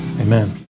Amen